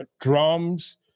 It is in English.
drums